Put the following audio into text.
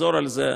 לחזור על זה.